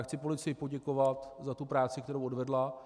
Chci policii poděkovat za práci, kterou odvedla.